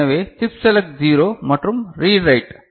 எனவே chip select 0 மற்றும் read right